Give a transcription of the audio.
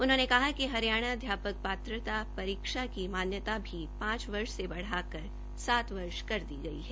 उन्होंने कहा कि हरियाणा अध्यापक पात्रता परीक्षा की मान्यत भी पांच वर्ष से बढ़ाकर सात वर्ष कर दी गई है